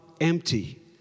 empty